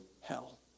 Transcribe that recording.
hell